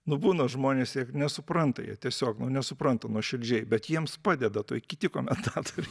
nu būna žmonės nesupranta jie tiesiog nesupranta nuoširdžiai bet jiems padeda tuoj kiti komentatoriai